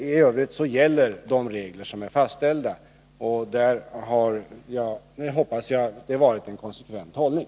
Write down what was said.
I övrigt gäller de regler som är fastställda, och därvidlag hoppas jag att taxeringsnämnderna har intagit en konsekvent hållning.